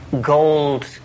gold